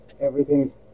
Everything's